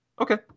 Okay